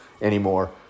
anymore